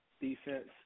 defense